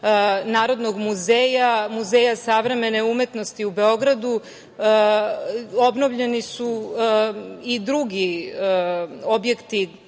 Narodnoj muzeja, Muzeja savremene umetnosti u Beogradu, obnovljeni su i drugi objekti